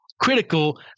critical